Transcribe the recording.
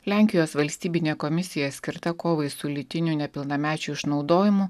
lenkijos valstybinė komisija skirta kovai su lytiniu nepilnamečių išnaudojimu